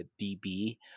DB